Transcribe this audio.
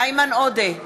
איימן עודה,